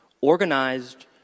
organized